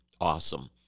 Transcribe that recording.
Awesome